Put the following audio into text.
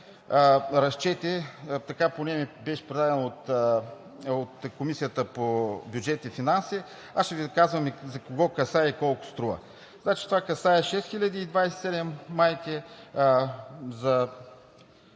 разчети, така поне ни беше предадено от Комисията по бюджет и финанси, аз ще Ви казвам кого касае и колко струва. Значи това касае 6027 майки,